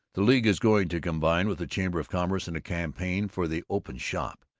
the league is going to combine with the chamber of commerce in a campaign for the open shop,